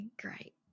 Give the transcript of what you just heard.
great